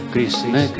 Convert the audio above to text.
Krishna